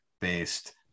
based